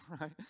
right